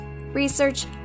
research